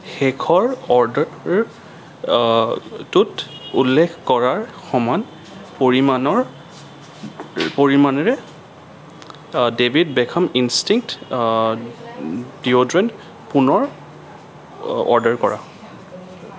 শেষৰ অৰ্ডাৰটোত উল্লেখ কৰাৰ সমান পৰিমাণৰ পৰিমাণেৰে ডেভিদ বেকহাম ইন্ষ্টিংক্ট ডিঅ'ডৰেণ্ট পুনৰ অ অৰ্ডাৰ কৰা